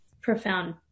profound